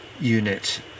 unit